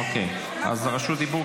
אז רשות דיבור.